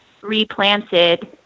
replanted